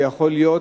ויכול להיות,